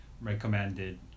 recommended